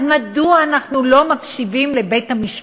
אז מדוע אנחנו לא מקשיבים לבית-המשפט?